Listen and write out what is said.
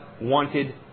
wanted